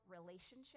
relationship